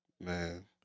Man